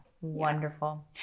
Wonderful